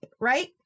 right